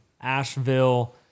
Asheville